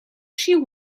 she